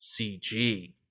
CG